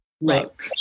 look